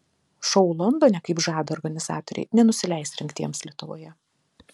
šou londone kaip žada organizatoriai nenusileis rengtiems lietuvoje